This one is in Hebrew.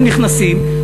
הם נכנסים,